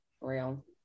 real